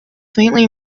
faintly